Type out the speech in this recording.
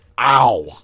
Ow